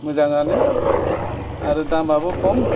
मोजाङानो आरो दामाबो खम